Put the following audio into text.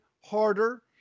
harder